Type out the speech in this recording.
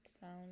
sound